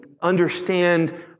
understand